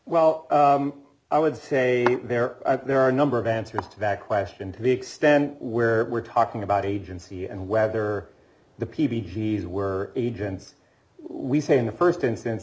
well i would say there are there are a number of answers to that question to the extent where we're talking about agency and whether the p v g s were agents we say in the st instance